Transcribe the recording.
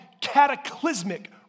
cataclysmic